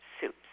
suits